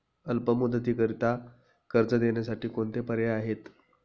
अल्प मुदतीकरीता कर्ज देण्यासाठी कोणते पर्याय आहेत?